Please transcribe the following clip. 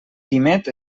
quimet